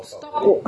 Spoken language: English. okay fine